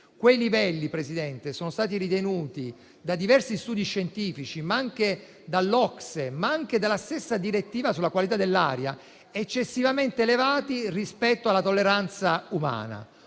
Quei livelli sono stati ritenuti da diversi studi scientifici, ma anche dall'OCSE e dalla citata direttiva sulla qualità dell'aria, eccessivamente elevati rispetto alla tolleranza umana.